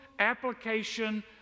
Application